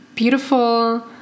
beautiful